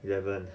eleven